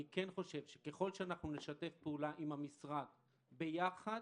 אני חושב שככל שנשתף פעולה עם המשרד ביחס,